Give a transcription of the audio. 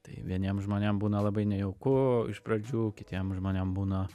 tai vieniem žmonėm būna labai nejauku iš pradžių kitiem žmonėm būna